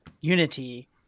unity